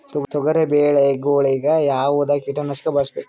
ತೊಗರಿಬೇಳೆ ಗೊಳಿಗ ಯಾವದ ಕೀಟನಾಶಕ ಬಳಸಬೇಕು?